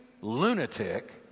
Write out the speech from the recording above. lunatic